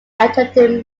attempted